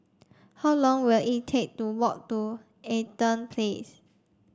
how long will it take to walk to Eaton Place